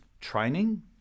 training